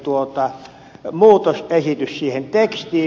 pulliaisen tekemä muutosesitys siihen tekstiin